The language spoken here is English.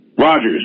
Rogers